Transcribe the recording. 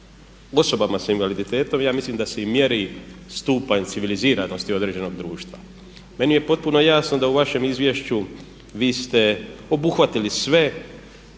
osobama sa invaliditetom ja mislim da se i mjeri stupanj civiliziranosti određenog društva. Meni je potpuno jasno da u vašem izvješću vi ste obuhvatili sve,